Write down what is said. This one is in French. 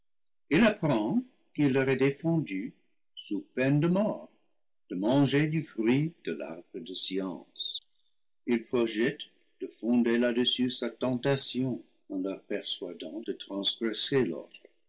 apprend qu'il leur est defendu sous peine de mort de manger du fruit de l'arbre de science il projette de fonder là-dessus sa tentation en leur persuadant de transgresser l'ordre